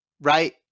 right